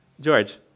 George